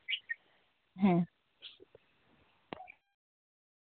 ᱦᱮᱸ